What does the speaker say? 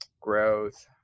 growth